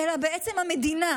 אלא בעצם המדינה,